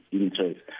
interest